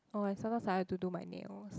oh I sometimes I like to do my nails